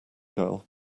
girl